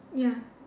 ya